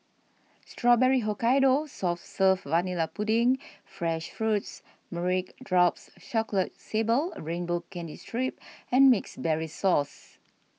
Strawberry Hokkaido soft serve vanilla pudding fresh fruits meringue drops chocolate sable a rainbow candy strip and mixed berries sauce